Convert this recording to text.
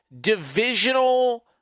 Divisional